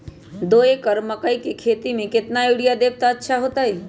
दो एकड़ मकई के खेती म केतना यूरिया देब त अच्छा होतई?